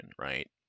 right